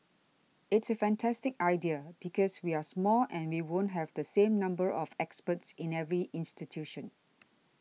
it's a fantastic idea because we're small and we won't have the same number of experts in every institution